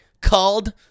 called